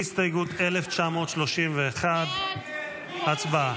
1931. הסתייגות 1931, הצבעה.